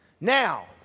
Now